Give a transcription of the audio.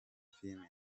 filime